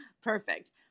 perfect